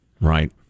Right